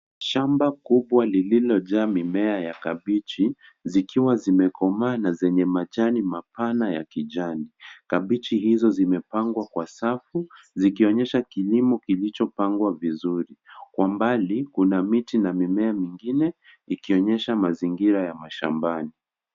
Shamba kubwa lililojaa mimea ya kabichi zikiwa zimekomaa na zenye majani mapana ya kijani. Kabichi hizo zimepangwa kwa safu zikionyesha kilimo kilichopangwa vizuri. Kwa mbali kuna miti na mimea mingine likionyesha mazingira ya mashambani.